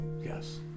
Yes